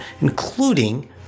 including